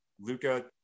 Luca